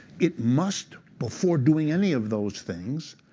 it must, before doing any of those things,